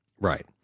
right